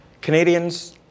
Canadians